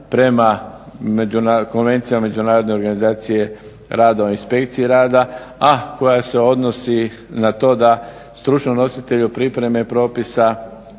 prema Konvenciji Međunarodne organizacije rada u inspekciji rada a koja se odnosi na to da stručnom nositelju pripreme propisa